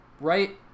Right